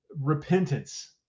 repentance